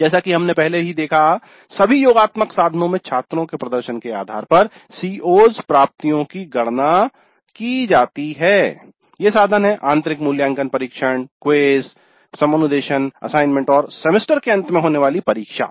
जैसा कि हमने पहले ही देखा सभी योगात्मक साधनों में छात्रों के प्रदर्शन के आधार पर "CO's प्राप्तियों की गणना की जाती है ये साधन है आंतरिक मूल्यांकन परीक्षण क्विज़ समनुदेशन असाइनमेंट और सेमेस्टर के अंत में होने वाली परीक्षा